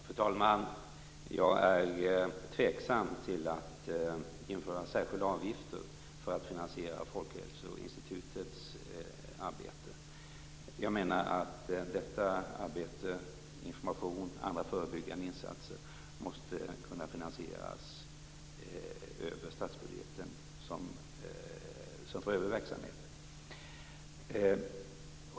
Fru talman! Jag är tveksam till att införa särskilda avgifter för att finansiera Folkhälsoinstitutets arbete. Jag menar att detta arbete med information och andra förebyggande insatser måste kunna finansieras över statsbudgeten liksom övrig verksamhet.